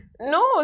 no